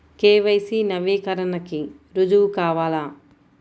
KYC నవీకరణకి రుజువు కావాలా?